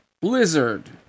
Blizzard